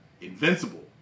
Invincible